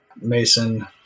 Mason